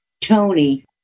Tony